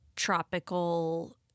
Tropical